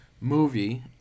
movie